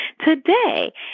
today